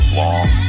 long